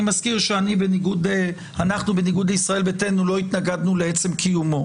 מזכיר שאנחנו בניגוד לישראל ביתנו לא התנגדנו לעצם קיומו